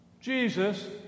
jesus